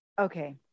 okay